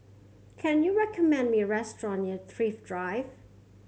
can you recommend me a restaurant near Thrift Drive